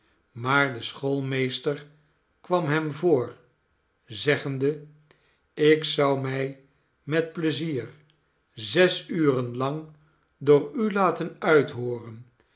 maar de schoolmeester kwam hem voor zeggende ik zou mij met pleizier zes uren lang door u laten uithooren